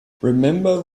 remember